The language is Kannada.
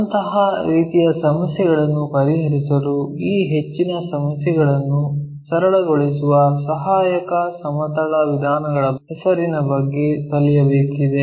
ಅಂತಹ ರೀತಿಯ ಸಮಸ್ಯೆಗಳನ್ನು ಪರಿಹರಿಸಲು ಈ ಹೆಚ್ಚಿನ ಸಮಸ್ಯೆಗಳನ್ನು ಸರಳಗೊಳಿಸುವ ಸಹಾಯಕ ಸಮತಲ ವಿಧಾನಗಳ ಹೆಸರಿನ ಬಗ್ಗೆ ಕಲಿಯಬೇಕಾಗಿದೆ